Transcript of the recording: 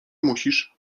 musisz